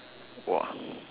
!wah!